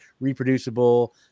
reproducible